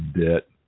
debt